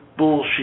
Bullshit